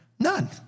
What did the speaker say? none